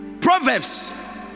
Proverbs